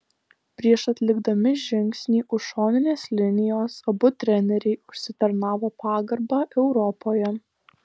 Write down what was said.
prieš atlikdami žingsnį už šoninės linijos abu treneriai užsitarnavo pagarbą europoje